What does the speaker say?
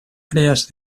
áreas